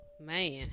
man